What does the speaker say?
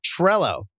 Trello